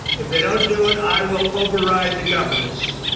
if they don't do it, i will override the governors.